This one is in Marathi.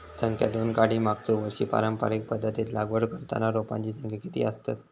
संख्या दोन काडी मागचो वर्षी पारंपरिक पध्दतीत लागवड करताना रोपांची संख्या किती आसतत?